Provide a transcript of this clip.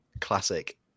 classic